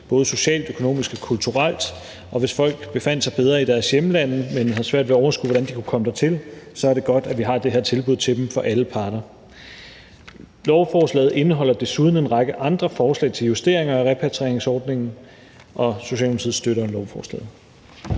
både socialt, økonomisk og kulturelt. Og hvis folk befandt sig bedre i deres hjemlande, men har svært ved at overskue, hvordan de kan komme dertil, så er det godt for alle parter, at vi har det her tilbud til dem. Og lovforslaget indeholder desuden en række andre forslag til justeringer af repatrieringsordningen. Socialdemokratiet støtter lovforslaget.